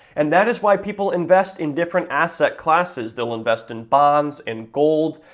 and that is why people invest in different asset classes. they'll invest in bonds, and gold,